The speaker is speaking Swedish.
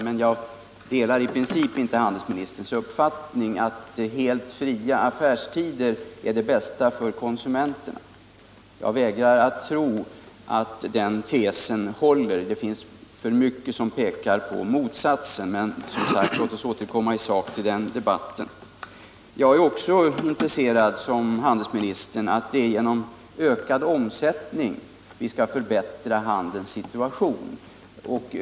Men jag delar inte handelsministerns uppfattning i princip att helt fria affärstider är det bästa för konsumenterna. Jag vägrar att tro att den tesen håller. Det finns för mycket som pekar på motsatsen, men, som sagt, låt oss återkomma i sak till den debatten. Liksom handelsministern anser jag att det är genom ökad omsättning som vi skall förbättra handelns situation.